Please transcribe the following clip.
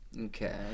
Okay